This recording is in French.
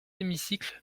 hémicycle